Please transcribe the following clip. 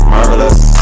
Marvelous